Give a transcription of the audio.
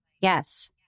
yes